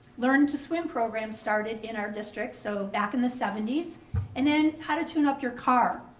learn to swim programs started in our district, so back in the seventy s. and then how to tune up your car.